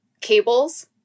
Cables